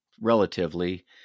relatively